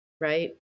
Right